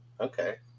Okay